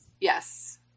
Yes